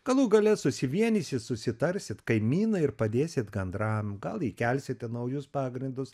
galų gale susivienysit susitarsit kaimynai ir padėsit gandram gal įkelsite naujus pagrindus